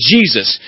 Jesus